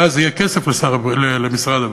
ואז יהיה כסף למשרד הבריאות.